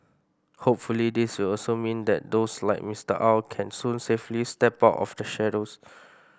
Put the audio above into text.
hopefully this will also mean that those like Mister Aw can soon safely step out of the shadows